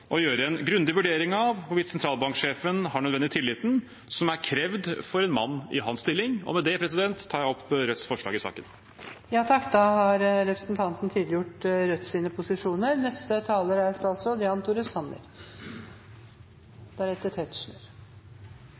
gjøre en grundig vurdering av hvorvidt sentralbanksjefen har den nødvendige tilliten som er krevd for en mann i hans stilling. Med det tar jeg opp Rødts forslag i saken. Representanten Bjørnar Moxnes har tatt opp de forslagene han viste til. Norges Banks ansettelse av ny NBIM-leder er